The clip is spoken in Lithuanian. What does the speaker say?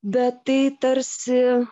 bet tai tarsi